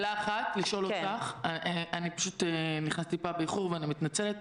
רק עוד שאלה, נכנסתי טיפה באיחור ואני מתנצלת.